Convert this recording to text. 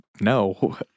No